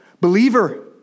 believer